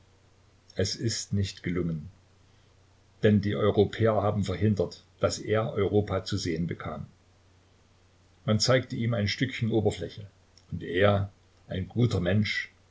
es ist nicht gelungen denn die europäer haben verhindert daß er europa zu sehen bekam man zeigte ihm ein stückchen oberfläche und er ein guter mensch